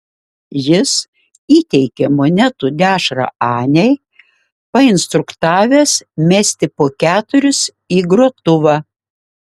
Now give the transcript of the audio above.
jis įteikė monetų dešrą anei painstruktavęs mesti po keturis į grotuvą